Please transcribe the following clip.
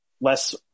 less